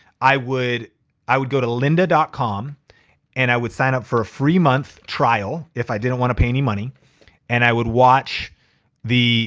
i would i would go to lynda dot com and i would sign up for a free month trial if i didn't wanna pay any money and i would watch the